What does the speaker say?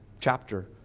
chapter